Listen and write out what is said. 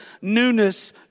newness